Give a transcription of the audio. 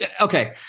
okay